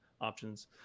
options